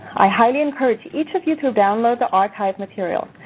i highly encourage each of you to download the archived material,